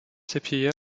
sapieha